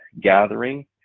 gathering